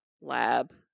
Lab